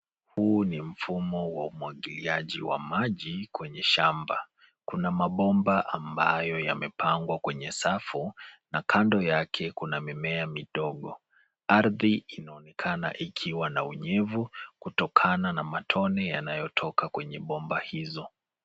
Huu ni mfumo wa umwagiliaji wa maji kwenye shamba. Kuna mabomba ambayo yamepangwa kwenye safu, na kando yake kuna mimea midogo. Ardhi inaonekana ikiwa na unyevu, kutokana na matone yanayotoka kwenye bomba hizo.